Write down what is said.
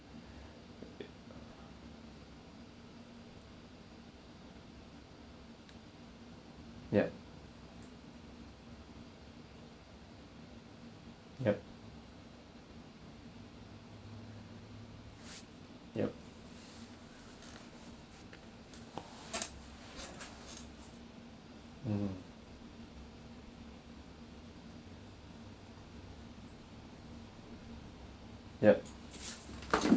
yup yup yup mmhmm yup